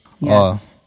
Yes